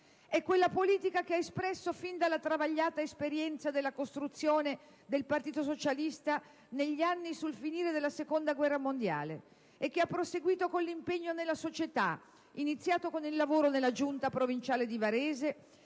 Quella politica, che espresse sin dalla travagliata esperienza della costruzione del Partito socialista negli anni sul finire della seconda guerra mondiale e che proseguì con l'impegno nella società, iniziato con il lavoro nella Giunta provinciale di Varese